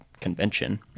convention